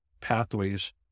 pathways